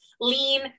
lean